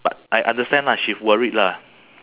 I ever did before lah